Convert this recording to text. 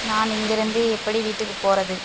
நான் இங்கேருந்து எப்படி வீட்டுக்கு போகிறது